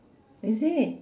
is it